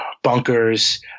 bunkers